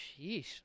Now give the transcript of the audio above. Sheesh